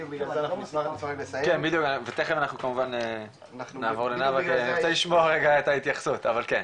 אני ארצה לשמוע קודם את ההתייחסות אבל כן.